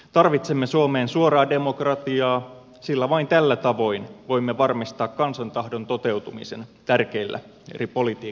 tarvitsemme suomeen suoraa demokratiaa sillä vain tällä tavoin voimme varmistaa kansan tahdon toteutumisen tärkeillä politiikan eri sektoreilla